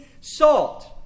salt